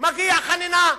מגיעה חנינה.